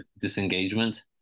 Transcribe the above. disengagement